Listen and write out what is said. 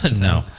No